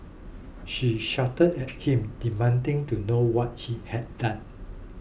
she shouted at him demanding to know what he had done